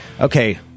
okay